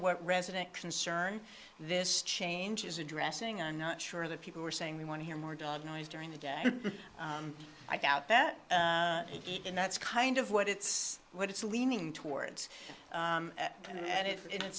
what resident concern this change is addressing i'm not sure that people are saying we want to hear more dog noise during the day i doubt that even that's kind of what it's what it's leaning towards and if it